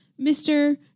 Mr